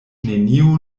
nenio